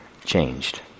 Changed